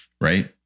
right